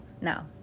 Now